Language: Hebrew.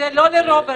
זה לא לרוברט.